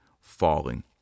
falling